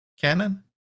canon